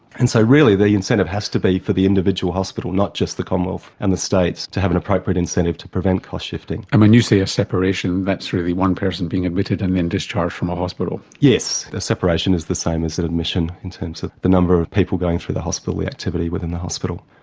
and so really the incentive has to be for the individual hospital, not just the commonwealth and the states to have an appropriate incentive to prevent cost-shifting. and when you say a separation, that's really one person being admitted and then discharged from a hospital. yes, the separation is the same as admission in terms of the number of people going through the hospital, the activity within the hospital.